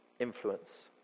influence